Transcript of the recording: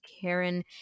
Karen